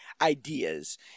ideas